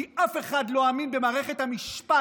כי אף אחד לא אמין במערכת המשפט.